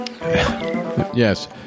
Yes